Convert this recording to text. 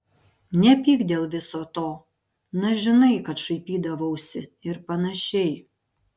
nepyk dėl viso to na žinai kad šaipydavausi ir panašiai